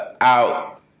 out